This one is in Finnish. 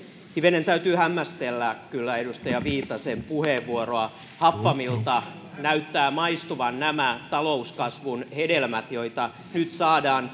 hivenen täytyy hämmästellä kyllä edustaja viitasen puheenvuoroa happamilta näyttää maistuvan nämä talouskasvun hedelmät joita nyt saadaan